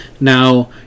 Now